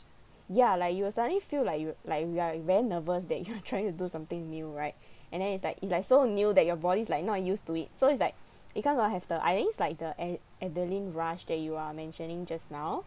ya like you'll suddenly feel like you like you are very nervous that you are trying to do something new right and then it's like it's like so new that your body's like not used to it so it's like it kinds of have the I think it's like the ad~ adrenaline rush that you are mentioning just now